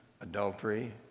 adultery